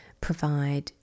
provide